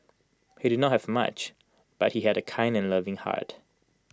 he did not have much but he had A kind and loving heart